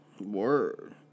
Word